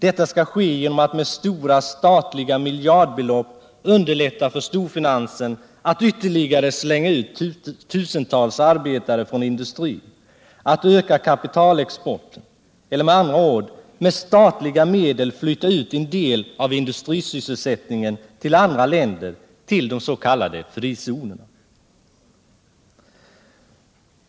Det skall ske genom att med stora statliga miljardbelopp underlätta för storfinansen att ytterligare slänga ut tusentals arbetare från industrin och att öka kapitalexporten, eller med andra ord: genom att med statliga medel flytta ut en del av industrisysselsättningen till andra länder, till de s.k. frizonerna.